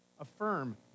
Affirm